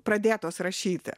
pradėtos rašyti